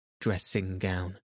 dressing-gown